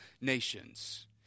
nations